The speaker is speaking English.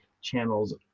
channels